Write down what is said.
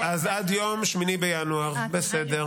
עשרות אלפי ציציות נקשרו השבוע כדי להעביר לחיילים שביקשו זאת.